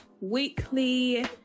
weekly